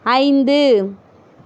ஐந்து